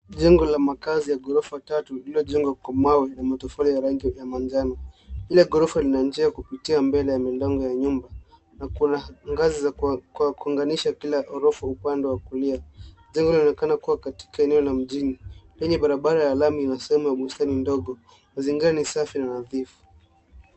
Jengo la makazi ya gorofa tatu lililo jengwa kwa mawe na matofari ya rangi ya manjano. Kila gorofa lina njia ya kupitia mbele ya milango ya nyumba na kuna ngazi kwa kuunganisha kila orofa upande wa kulia jengo linaonekana kuwa katika eneo la mjini lenye barabara ya lami na sehemu ya bustani ndogo mazingara ni safi na nadhifu.